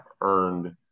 earned